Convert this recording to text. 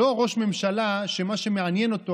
לא ראש ממשלה שמה שמעניין אותו,